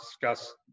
discuss